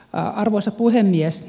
arvoisa puhemies